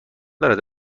دارد